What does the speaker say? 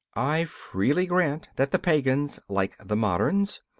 i freely grant that the pagans, like the moderns,